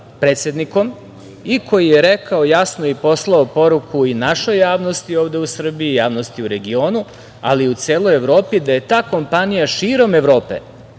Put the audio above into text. predsednikom i koji je rekao jasno i poslao poruku i našoj javnosti ovde u Srbiji, javnosti u regionu, ali i u celoj Evropi, da je ta kompanija širom Evrope